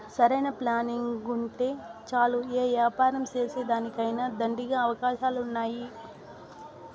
సరైన ప్లానింగుంటే చాలు యే యాపారం సేసేదానికైనా దండిగా అవకాశాలున్నాయి